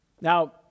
Now